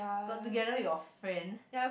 got together with your friend